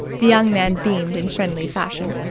the young man beamed in friendly fashion.